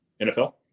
NFL